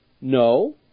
No